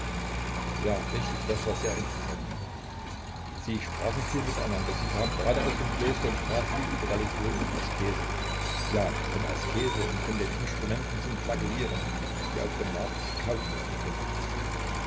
ja richtig das war sehr interessant sie sprachen viel mit einander sie kam grade aus dem kloster und sprach viel über religion und askese ja von askese und von den instrumenten zum flagellieren die auf dem markt gekauft werden können